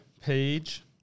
page